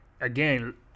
again